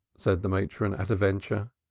said the matron, at a venture.